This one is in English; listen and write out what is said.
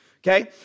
okay